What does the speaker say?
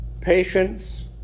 Patience